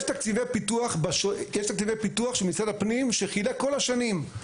יש תקציבי פיתוח של משרד הפנים שחילק כל השנים,